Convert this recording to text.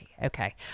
Okay